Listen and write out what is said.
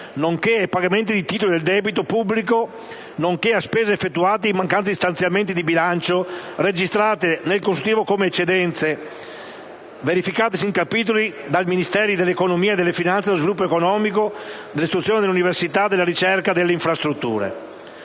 nonché a pagamenti di titoli del debito pubblico, nonché le spese effettuate in mancanza di stanziamenti in bilancio, registrate nel consuntivo come eccedenze, verificatesi in capitoli dei Ministeri dell'economia e delle finanze, dello sviluppo economico, dell'istruzione dell'università e della ricerca, delle infrastrutture.